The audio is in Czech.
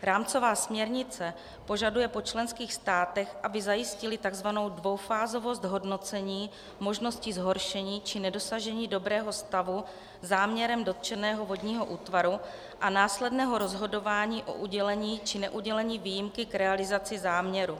Rámcová směrnice požaduje po členských státech, aby zajistily takzvanou dvoufázovost hodnocení možnosti zhoršení či nedosažení dobrého stavu záměrem dotčeného vodního útvaru a následného rozhodování o udělení či neudělení výjimky k realizaci záměru.